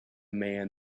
man